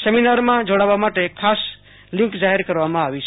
સેમિનારમાં જોડાવવા માટે ખાસ લીન્ક જાહેર કરવામાં આવી છે